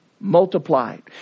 multiplied